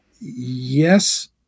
Yes